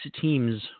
teams